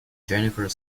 jennifer